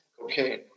Cocaine